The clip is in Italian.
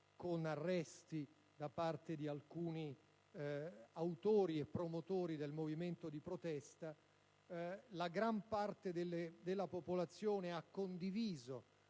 con arresti di alcuni autori e promotori del movimento di protesta. La gran parte della popolazione ha condiviso